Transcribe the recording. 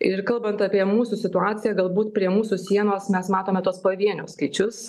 ir kalbant apie mūsų situaciją galbūt prie mūsų sienos mes matome tuos pavienius skaičius